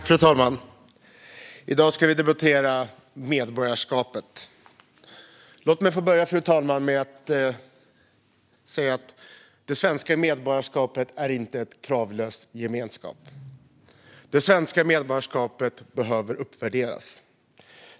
Fru talman! I dag ska vi debattera medborgarskapet. Låt mig börja med att säga att det svenska medborgarskapet inte är en kravlös gemenskap. Det svenska medborgarskapet behöver uppvärderas.